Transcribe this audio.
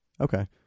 Okay